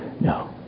No